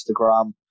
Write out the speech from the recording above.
Instagram